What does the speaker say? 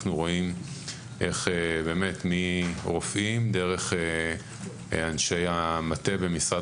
אנחנו רואים איך רופאים דרך אנשי המטה במשרד